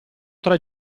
tre